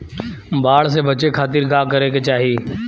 बाढ़ से बचे खातिर का करे के चाहीं?